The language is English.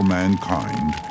mankind